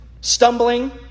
stumbling